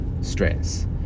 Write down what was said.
stress